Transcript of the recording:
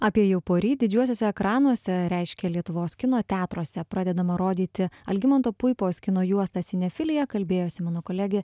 apie jau poryt didžiuosiuose ekranuose reiškia lietuvos kino teatruose pradedama rodyti algimanto puipos kino juosta sinefilija kalbėjosi mano kolegė